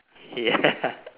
yeah